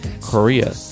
Korea